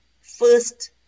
first